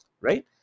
Right